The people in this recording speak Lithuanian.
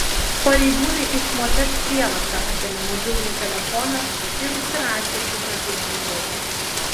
pareigūnai iš moters prievarta atėmė mobilųjį telefoną ir užsirašė ibrahimo numerį